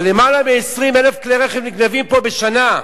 אבל למעלה מ-20,000 כלי-רכב נגנבים פה בשנה.